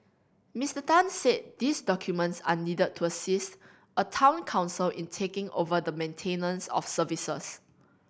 Mister Tan said these documents are needed to assist a Town Council in taking over the maintenance of services